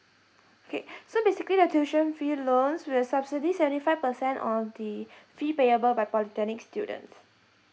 okay so basically the tuition fee loans we will subsidy seventy five percent on the fee payable by polytechnic students